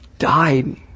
died